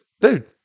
dude